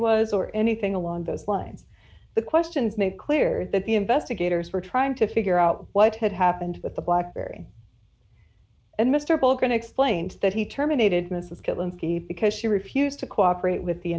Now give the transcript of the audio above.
was or anything along those lines the questions make clear that the investigators were trying to figure out what had happened with the black berry and mr boeken explained that he terminated mrs kalinski because she refused to cooperate with the